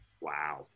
wow